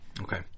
Okay